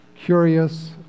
curious